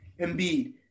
Embiid